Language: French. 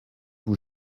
vous